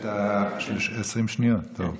את 20 השניות, טוב.